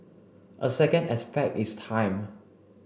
a second aspect is time